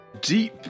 deep